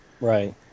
Right